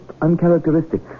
uncharacteristic